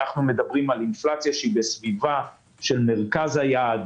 אנחנו מדברים על אינפלציה שהיא בסביבה של מרכז היעד